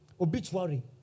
obituary